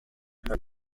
her